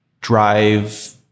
drive